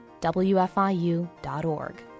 WFIU.org